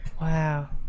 Wow